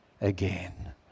again